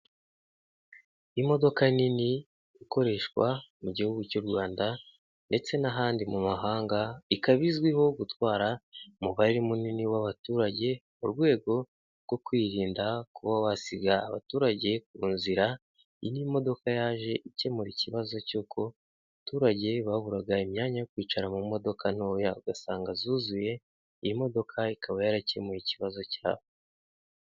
Imodoka nini ikoreshwa mu gihugu cy'u Rwanda ndetse n'ahandi mu mahanga, ikaba izwiho gutwara umubare munini w'abaturage mu rwego rwo kwirinda kuba wasiga abaturage ku nzira. Iyi n’imodoka yaje ikemura ikibazo cy'uko baturage baburaga imyanya yo kwicara mu modoka ntoya ugasanga zuzuye, iyi modoka ikaba yarakemuye ikibazo cyabo.